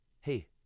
Hey